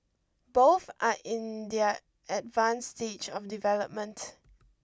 both are in their advanced stage of development